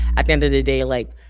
at the end of the day, like,